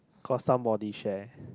cause somebody share